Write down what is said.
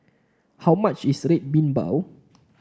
how much is Red Bean Bao